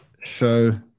show